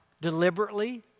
deliberately